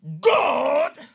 God